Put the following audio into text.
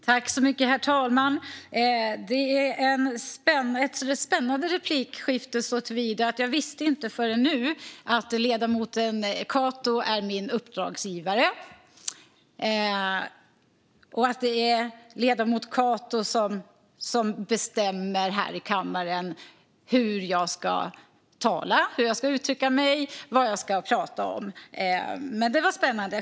Herr talman! Det här är ett spännande replikskifte såtillvida att jag inte visste förrän nu att ledamoten Cato är min uppdragsgivare och att det är ledamoten Cato som bestämmer här i kammaren hur jag ska tala, uttrycka mig och vad jag ska prata om. Men det var spännande.